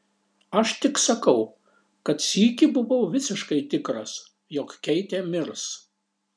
aš tik sakau kad sykį buvau visiškai tikras jog keitė mirs